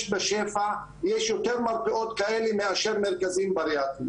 יש יותר מרפאות כאלה מאשר מרכזים בריאטריים,